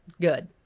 good